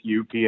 UPS